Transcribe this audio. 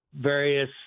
various